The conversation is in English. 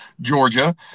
Georgia